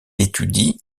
étudie